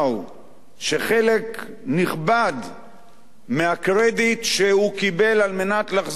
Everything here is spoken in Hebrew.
שחלק נכבד מהקרדיט שהוא קיבל כדי לחזור לשלטון,